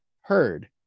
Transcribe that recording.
heard